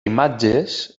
imatges